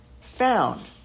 found